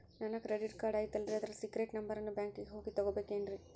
ನನ್ನ credit card ಐತಲ್ರೇ ಅದರ ಸೇಕ್ರೇಟ್ ನಂಬರನ್ನು ಬ್ಯಾಂಕಿಗೆ ಹೋಗಿ ತಗೋಬೇಕಿನ್ರಿ?